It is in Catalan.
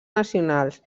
nacionals